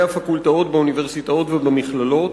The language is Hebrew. הפקולטות באוניברסיטאות ובמכללות,